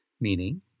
meaning